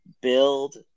build